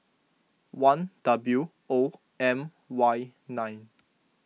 one W O M Y nine